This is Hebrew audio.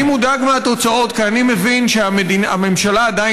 אני מודאג מהתוצאות כי אני מבין שהממשלה עדיין